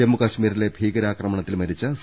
ജമ്മു കശ്മീരിലെ ഭീകരാക്രമണത്തിൽ മരിച്ച സി